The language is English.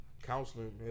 counseling